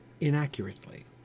inaccurately